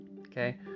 okay